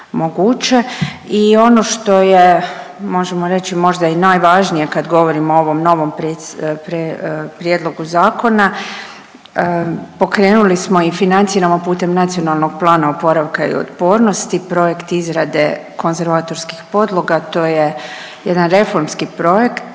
I ono što je možemo reći možda i najvažnije kad govorimo o ovom novom prijedlogu zakona, pokrenuli smo i financiramo putem NPOO-a projekt izrade konzervatorskih podloga, to je jedan reformski projekt